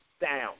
Down